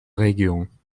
region